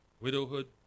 widowhood